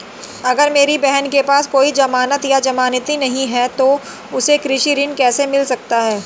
अगर मेरी बहन के पास कोई जमानत या जमानती नहीं है तो उसे कृषि ऋण कैसे मिल सकता है?